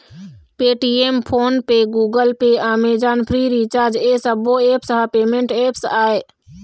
Paytm, PhonePe, Google Pay, Amazon, Freecharge ए सब्बो apps ह पेमेंट ऐप्स आय